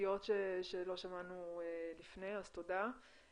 זוויות שלא שמענו לפני, אז תודה.